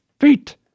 feet